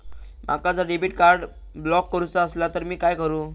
माका जर debit card block करूचा असला तर मी काय करू?